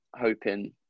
hoping